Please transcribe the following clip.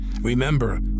Remember